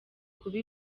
kuba